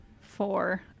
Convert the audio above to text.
four